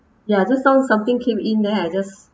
ya just now something came in then I just